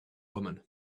woman